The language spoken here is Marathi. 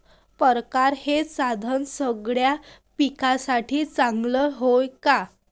परकारं हे साधन सगळ्या पिकासाठी चांगलं हाये का?